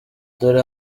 dore